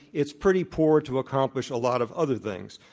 it's pretty poor to accomplish a lot of other things.